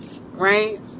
Right